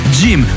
gym